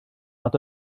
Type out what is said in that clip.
nad